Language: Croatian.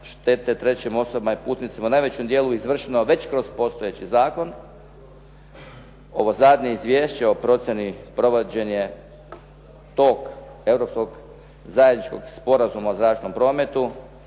štete trećim osobama i putnicima u najvećem dijelu izvršeno već kroz postojeći zakon ovo zadnje izvješće o procjeni provođenje tog europskog Zajedničkog sporazuma o zračnom prometu